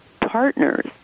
partners